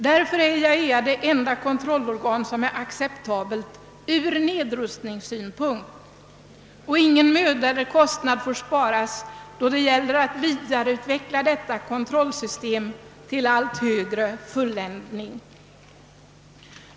Därför är IAEA det enda kontrollorgan som är acceptabelt från nedrustningssynpunkt. Ingen möda eller kostnad får sparas då det gäller att vidareutveckla detta kontrollsystem till allt högre fulländning.